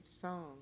song